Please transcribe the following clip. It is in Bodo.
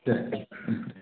देह देह